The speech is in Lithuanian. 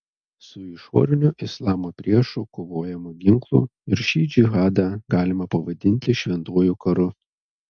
su išoriniu islamo priešu kovojama ginklu ir šį džihadą galima pavadinti šventuoju karu